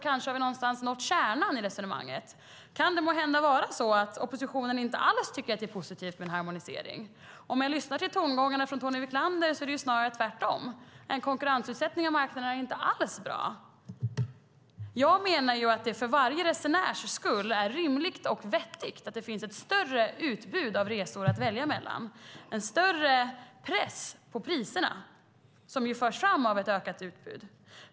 Kanske har vi någonstans nått kärnan i resonemanget? Kan det måhända vara så att oppositionen inte alls tycker att det är positivt med en harmonisering? Att döma av tongångarna från Tony Wiklander är det snarare tvärtom. En konkurrensutsättning av marknaden är inte alls bra. Jag menar att det för varje resenärs skull är rimligt och vettigt att det finns ett större utbud av resor att välja mellan och en större press på priserna, som ju följer av ett ökat utbud.